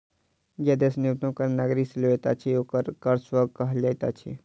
जे देश न्यूनतम कर नागरिक से लैत अछि, ओकरा कर स्वर्ग कहल जाइत अछि